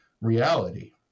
reality